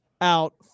out